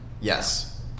Yes